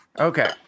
Okay